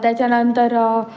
त्याच्यानंतर